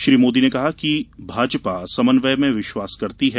श्री मोदी ने कहा कि भाजपा समन्वय में विश्वास करती है